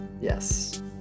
Yes